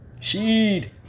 Sheed